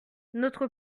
notre